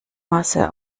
masse